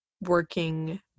working